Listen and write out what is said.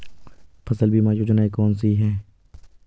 फसल बीमा योजनाएँ कौन कौनसी हैं?